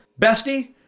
Bestie